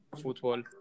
Football